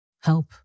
help